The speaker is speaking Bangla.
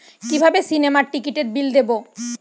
কিভাবে সিনেমার টিকিটের বিল দেবো?